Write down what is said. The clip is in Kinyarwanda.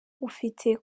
ufite